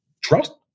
trust